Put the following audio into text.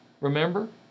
Remember